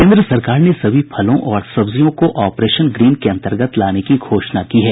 केंद्र सरकार ने सभी फलों और सब्जियों को आपरेशन ग्रीन के अंतर्गत लाने की घोषणा की है